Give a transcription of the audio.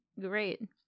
great